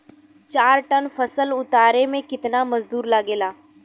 चार टन फसल उतारे में कितना मजदूरी लागेला?